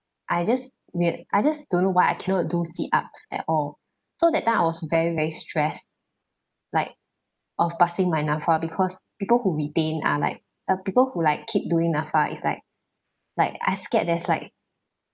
I just didn't I just don't know why I cannot do sit-ups at all so that time I was very very stressed like of passing my NAPFA because people who retain are like uh people who like keep doing NAPFA like like I scared there's like